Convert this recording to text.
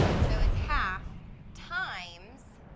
so, it's half times